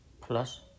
plus